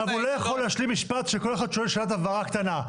אבל הוא לא יכול להשלים משפט כשכל אחד שואל שאלת הבהרה קטנה.